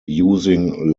using